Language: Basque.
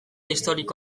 historiko